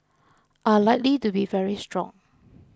are likely to be very strong